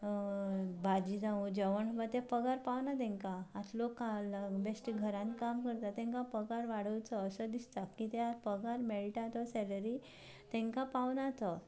भाजी जावं जेवण बा तें पगार पावना तांकां आतां लोक बेश्टे घरांत काम करता तांकां पगार वाडोवचो असो दिसता कित्याक पगार मेळटा तो सेलरी तांकां पावना तो